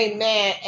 Amen